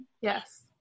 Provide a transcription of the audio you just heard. Yes